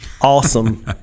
Awesome